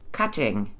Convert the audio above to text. cutting